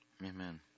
Amen